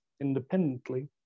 independently